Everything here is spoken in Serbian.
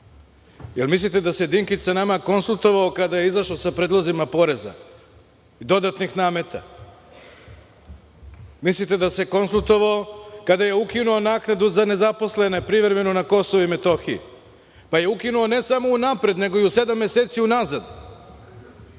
li mislite da se Dinkić sa nama konsultovao kada je izašao sa predlozima poreza, dodatnih nameta. Mislite da se konsultovao kada je ukinuo naknadu za nezaposlene privremeno na Kosovo i Metohiju. Pa, je ukinuo ne samo unapred nego i sedam meseci u nazad.